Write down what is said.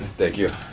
thank you.